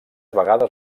vegades